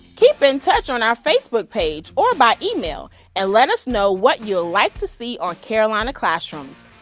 keep in touch on our facebook page or by email and let us know what you'll like to see on carolina classrooms.